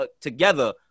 together